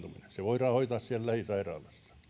se voidaan hoitaa siellä lähisairaalassa